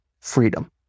Freedom